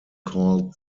called